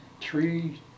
three